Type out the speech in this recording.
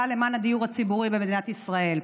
למען הדיור הציבורי במדינת ישראל.